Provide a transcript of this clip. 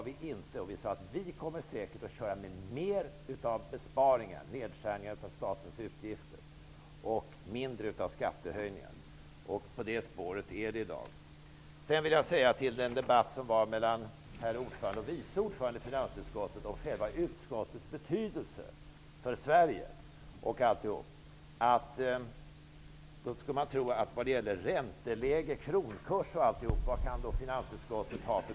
Vi sade att vi säkert kommer att föreslå mer av besparingar och nedskärningar av statens utgifter och mindre av skattehöjningar. På det spåret är det i dag. Det var en debatt mellan ordföranden och vice ordföranden om finansutskottets betydelse för Sverige, för ränteläget och kronkursen.